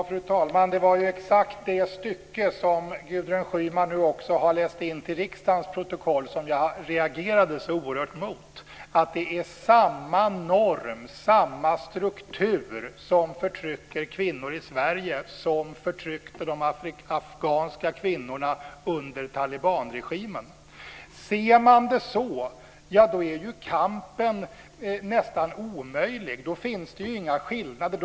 Fru talman! Det var exakt det stycke som Gudrun Schyman nu också har läst in till riksdagens protokoll som jag reagerade så oerhört mycket mot, nämligen att det är samma norm och samma struktur som förtrycker kvinnor i Sverige som förtryckte de afghanska kvinnorna under talibanregimen. Ser man det så då är ju kampen nästan omöjlig. Då finns det ju inga skillnader.